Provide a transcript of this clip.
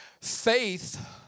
Faith